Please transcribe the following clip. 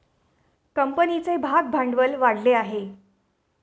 कंपनीचे भागभांडवल वाढले आहे